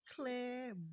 clear